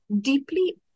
deeply